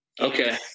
Okay